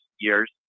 years